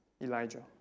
Elijah